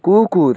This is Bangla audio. কুকুর